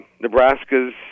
Nebraska's